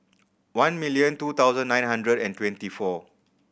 one million two thousand nine hundred and twenty four